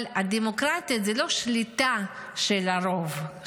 אבל הדמוקרטיה זה לא שליטה של הרוב,